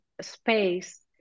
space